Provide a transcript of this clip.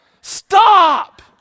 Stop